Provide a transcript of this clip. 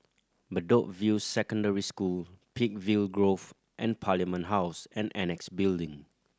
Bedok View Secondary School Peakville Grove and Parliament House and Annexe Building